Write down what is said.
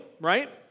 right